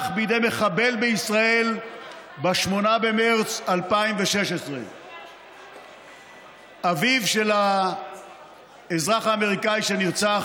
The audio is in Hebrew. בידי מחבל בישראל ב-8 במרס 2016. אביו של האזרח האמריקני שנרצח